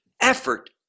effort